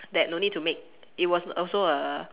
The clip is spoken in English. that no need to make it was also a